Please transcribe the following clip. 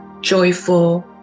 joyful